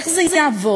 איך זה יעבוד.